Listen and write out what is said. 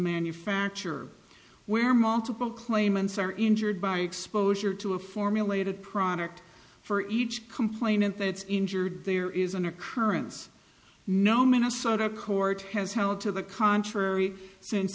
manufacture where multiple claimants are injured by exposure to a formulated product for each complainant that injured there is an occurrence no minnesota court has held to the contrary since